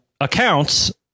accounts